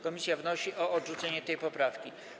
Komisja wnosi o odrzucenie tej poprawki.